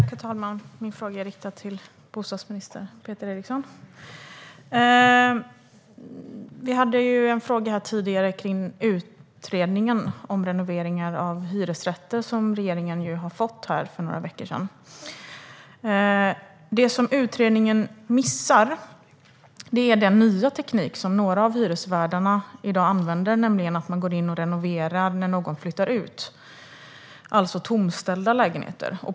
Herr talman! Min fråga är riktad till bostadsminister Peter Eriksson. Vi hade tidigare en fråga om den utredning om renovering av hyresrätter som regeringen fick för några veckor sedan. Det som utredningen missar är den nya teknik som några av hyresvärdarna i dag använder, nämligen att man går in och renoverar när någon flyttar ut, det vill säga i tomställda lägenheter.